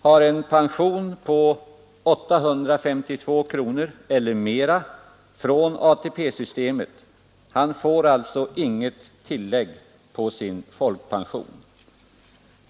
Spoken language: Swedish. har en pension på 852 kronor eller mera från ATP-systemet får alltså inget tillägg på sin folkpension.